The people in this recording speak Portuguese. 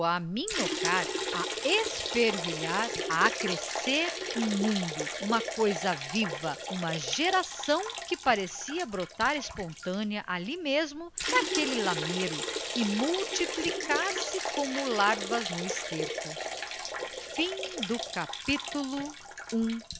a esfervilhar a crescer um mundo uma coisa viva uma geração que parecia brotar espontânea ali mesmo daquele lameiro e multiplicar se como larvas no esterco durante dois anos o